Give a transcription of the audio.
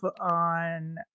on